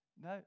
No